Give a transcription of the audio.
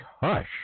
Hush